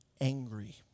angry